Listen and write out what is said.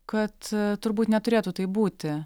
kad turbūt neturėtų taip būti